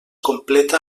completa